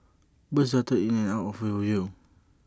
birds darted in and out of our view